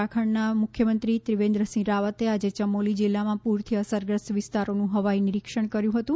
ઉત્તરાખંડના મુખ્યમંત્રી ત્રિવેન્દ્રસિંહ રાવતે આજે ચમોલી જિલ્લામાં પૂરથી અસરગ્રસ્ત વિસ્તારોનું હવાઇ નિરીક્ષણ કર્યું હતું